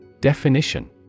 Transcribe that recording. Definition